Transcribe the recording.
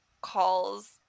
calls